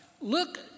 look